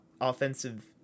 offensive